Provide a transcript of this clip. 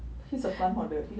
he's a plant hoarder